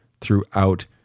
throughout